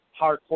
hardcore